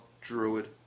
druid